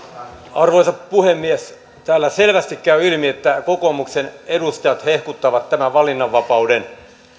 arvoisa puhemies täällä selvästi käy ilmi että kokoomuksen edustajat hehkuttavat tämän valinnanvapauden